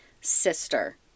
Sister